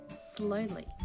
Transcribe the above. slowly